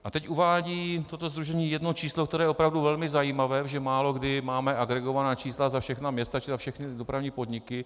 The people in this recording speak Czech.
A teď uvádí toto sdružení jedno číslo, které je opravdu velmi zajímavé, protože málokdy máme agregovaná čísla za všechna města či za všechny dopravní podniky.